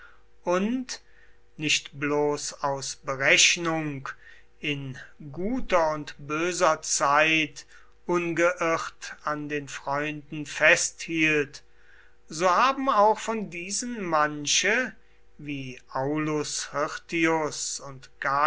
und nicht bloß aus berechnung in guter und böser zeit ungeirrt an den freunden festhielt so haben auch von diesen manche wie aulus hirtius und gaius